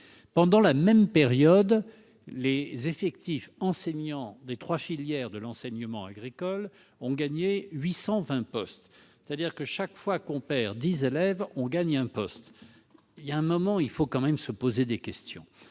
Pendant la même période, les effectifs d'enseignants des trois filières de l'enseignement agricole ont augmenté de 820 postes. En d'autres termes, chaque fois que l'on perd dix élèves, on gagne un poste. Il arrive un moment où il faut se poser des questions.